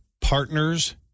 Partners